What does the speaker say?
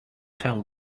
tell